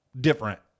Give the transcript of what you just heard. different